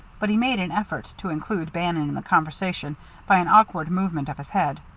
but he made an effort to include bannon in the conversation by an awkward movement of his head.